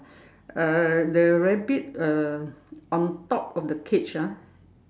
uh the rabbit uh on top of the cage ah